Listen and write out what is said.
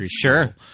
sure